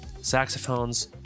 saxophones